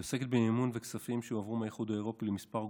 היא עוסקת במימון וכספים שהועברו מהאיחוד האירופי לכמה גופים.